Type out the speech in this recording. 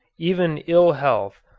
even ill-health,